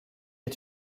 est